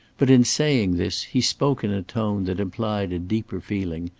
but in saying this, he spoke in a tone that implied a deeper feeling,